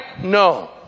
No